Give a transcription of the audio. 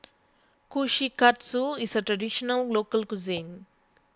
Kushikatsu is a Traditional Local Cuisine